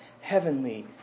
heavenly